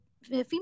Female